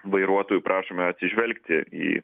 vairuotojų prašome atsižvelgti į